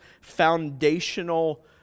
foundational